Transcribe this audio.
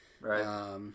Right